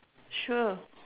sure